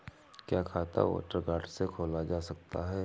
क्या खाता voter card से खोला जा सकता है?